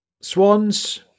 Swans